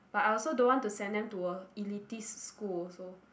but I also don't want to send them to a elitist school also